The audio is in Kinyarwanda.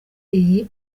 iyi